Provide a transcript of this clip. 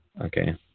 Okay